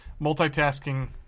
multitasking